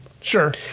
Sure